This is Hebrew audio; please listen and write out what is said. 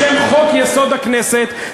בשם חוק-יסוד: הכנסת,